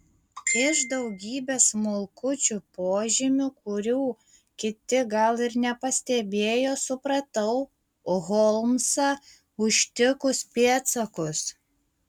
iš daugybės smulkučių požymių kurių kiti gal ir nepastebėjo supratau holmsą užtikus pėdsakus